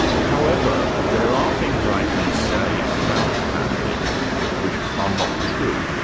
however there are things i can say about hamlet which are not true.